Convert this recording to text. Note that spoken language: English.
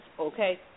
okay